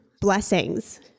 blessings